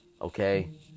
Okay